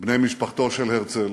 בני משפחתו של הרצל,